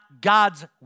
God's